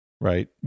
Right